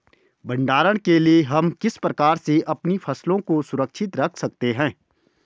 भंडारण के लिए हम किस प्रकार से अपनी फसलों को सुरक्षित रख सकते हैं?